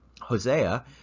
Hosea